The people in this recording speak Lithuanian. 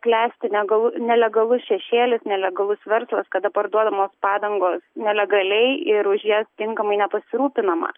klesti negalu nelegalus šešėlis nelegalus verslas kada parduodamos padangos nelegaliai ir už jas tinkamai nepasirūpinama